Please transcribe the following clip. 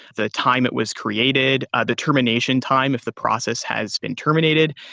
the time it was created, a determination time if the process has been terminated,